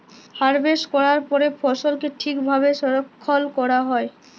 harvest ক্যরার পরে ফসলকে ঠিক ভাবে সংরক্ষল ক্যরা হ্যয়